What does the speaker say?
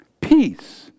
peace